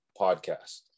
Podcast